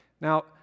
Now